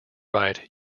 write